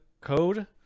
code